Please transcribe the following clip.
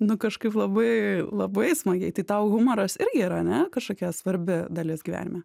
nu kažkaip labai labai smagiai tai tau humoras irgi yra ane kažkokia svarbi dalis gyvenime